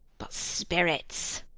but spirits.